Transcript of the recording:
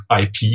IP